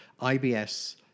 ibs